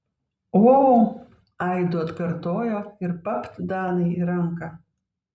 o aidu atkartojo ir papt danai į ranką